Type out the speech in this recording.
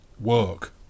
work